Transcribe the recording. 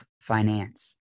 finance